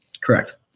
Correct